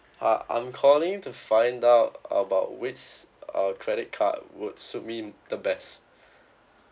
uh I'm calling to find out about which uh credit card would suit me the best